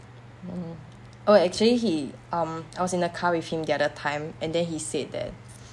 mm oh actually he um I was in the car with him the other time and then he said that